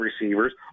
receivers